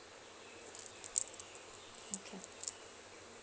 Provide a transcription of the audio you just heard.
okay